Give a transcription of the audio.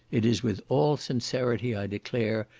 it is with all sincerity i declare,